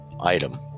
item